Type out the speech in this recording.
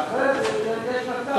ואחרי זה יש מצב,